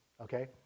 Okay